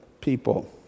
people